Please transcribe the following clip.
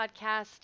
podcast